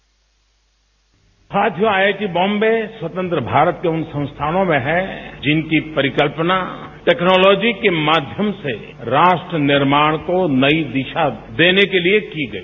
bite आज IIT Bombay स्वतंत्र भारत के उन संस्थानों में है जिनकी परिकल्पना टेक्नोलॉजी के माध्यम से राष्ट्रे निर्माण को नई दिशा देने के लिए की गयी